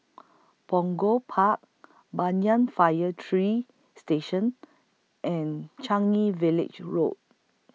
Punggol Park Banyan Fire three Station and Changi Village Road